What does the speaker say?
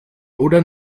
oder